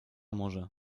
morze